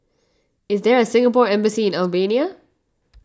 is there a Singapore Embassy in Albania